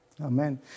Amen